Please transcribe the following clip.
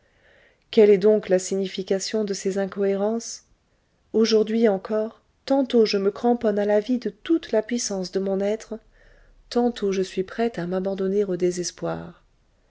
quelle est donc la signification de ces incohérences aujourd'hui encore tantôt je me cramponne à la vie de toute la puissance de mon être tantôt je suis prêt à m'abandonner au désespoir